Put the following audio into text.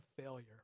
failure